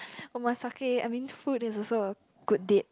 omakase I mean food is also a good date